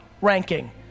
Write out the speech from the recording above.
ranking